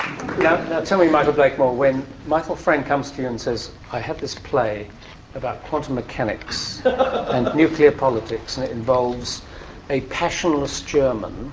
tell me michael blakemore, when michael frayne comes to you and says, i have this play about quantum mechanics and nuclear politics and it involves a passionless german,